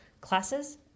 classes